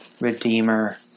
Redeemer